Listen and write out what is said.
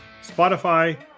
Spotify